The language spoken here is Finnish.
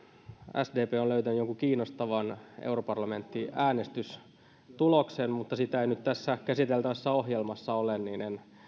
sdp on löytänyt jonkun kiinnostavan europarlamenttiäänestystuloksen mutta kun sitä ei nyt tässä käsiteltävässä ohjelmassa ole niin en